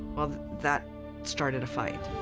well that started a fight.